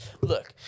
Look